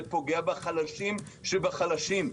זה פוגע בחלשים שבחלשים.